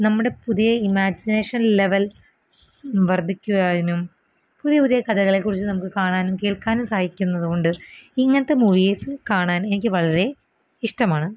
നമ്മുടെ പുതിയ imagination level വർധിക്കുവാനും പുതിയ പുതിയ കഥകളെ ക്കുറിച്ച് നമുക്ക് കാണാനും കേൾക്കാനും സാധിക്കുന്നതു കൊണ്ട് ഇങ്ങനത്തെ മൂവീസ് കാണാനെനിക്ക് വളരെ ഇഷ്ടമാണ്